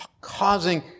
Causing